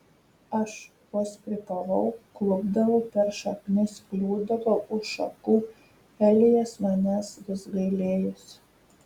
aš vos krypavau klupdavau per šaknis kliūdavau už šakų o elijas manęs vis gailėjosi